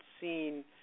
seen